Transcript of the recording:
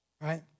right